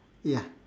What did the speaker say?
ya